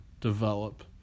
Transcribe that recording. develop